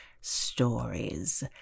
Stories